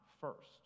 first